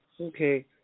Okay